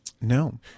No